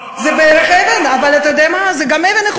זה פחות או יותר אבן.